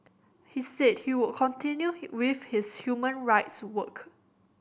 he said he would continue with his human rights work